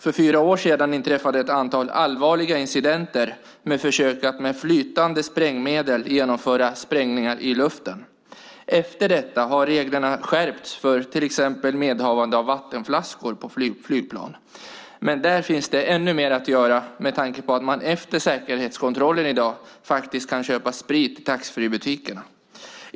För fyra år sedan inträffade ett antal allvarliga incidenter med försök att med flytande sprängmedel genomföra sprängningar i luften. Efter detta har reglerna skärpts för till exempel medhavande av vattenflaskor på flygplanen, men där finns ännu mer att göra med tanke på att man efter säkerhetskontrollen i dag faktiskt kan köpa sprit i taxfreebutikerna.